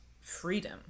freedom